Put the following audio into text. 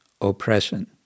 oppression